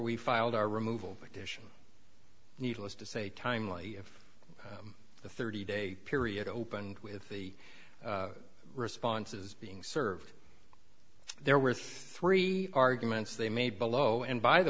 we filed our removal petition needless to say timely of the thirty day period opened with the responses being served there were three arguments they made below and by the